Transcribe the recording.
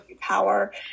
power